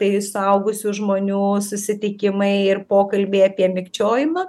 tai suaugusių žmonių susitikimai ir pokalbiai apie mikčiojimą